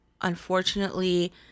Unfortunately